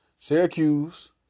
Syracuse